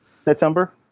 september